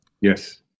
Yes